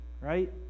right